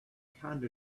kind